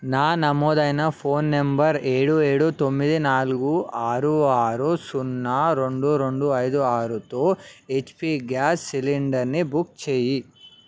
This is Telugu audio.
నా నమోదైన ఫోన్ నంబర్ ఏడు ఏడు తొమ్మిది నాలుగు ఆరు ఆరు సున్న రెండు రెండు అయిదు ఆరుతో హెచ్పి గ్యాస్ సిలిండర్ని బుక్ చేయి